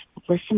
listen